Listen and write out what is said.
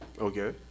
Okay